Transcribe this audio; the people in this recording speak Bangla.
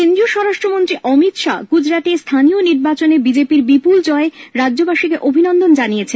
কেন্দ্রীয় মন্ত্রী অমিত শাহ্ গুজরাটের স্থানীয় নির্বাচনে বিজেপি র বিপুল জয়ে রাজ্যবাসীকে অভিনন্দন জানিয়েছেন